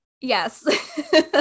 Yes